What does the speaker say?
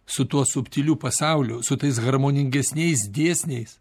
su tuo subtiliu pasauliu su tais harmoningesniais dėsniais